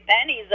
pennies